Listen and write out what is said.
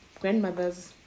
grandmothers